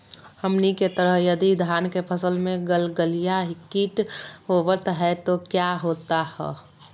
हमनी के तरह यदि धान के फसल में गलगलिया किट होबत है तो क्या होता ह?